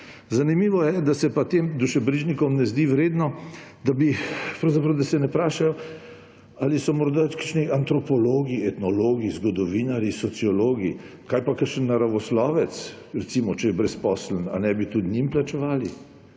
Zanimivo je pa, da se tem dušebrižnikom ne zdi vredno, da se ne vprašajo, ali so morda kakšni antropologi, etnologi, zgodovinarji, sociologi, kaj pa kakšen naravoslovec, recimo, če je brezposeln ‒ naj bi tudi njim plačevali?